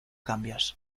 cambios